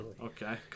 Okay